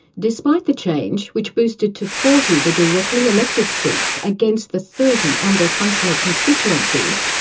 despite the change which boosted to forty the directly-elected seats against the thirty under functional constituencies,